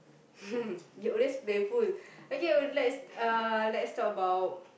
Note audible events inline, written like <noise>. <laughs> you always playful okay let's uh let's talk about